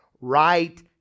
Right